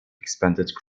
expanded